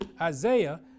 Isaiah